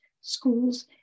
schools